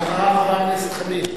ואחריו, חבר הכנסת חנין.